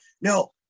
No